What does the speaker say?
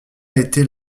été